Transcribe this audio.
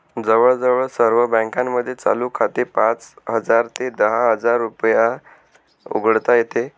जवळजवळ सर्व बँकांमध्ये चालू खाते पाच हजार ते दहा हजार रुपयात उघडता येते